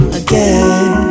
again